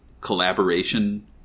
collaboration